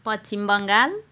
Paschim Bengal